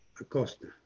Acosta